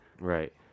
Right